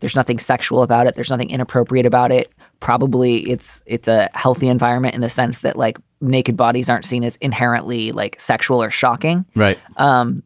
there's nothing sexual about it. there's nothing inappropriate about it. probably it's it's a healthy environment in the sense that like naked bodies aren't seen as inherently like sexual or shocking. right. um